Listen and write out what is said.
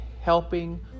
helping